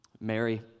Mary